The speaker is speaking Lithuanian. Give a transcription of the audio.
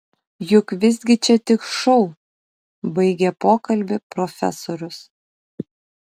juk visgi čia tik šou baigė pokalbį profesorius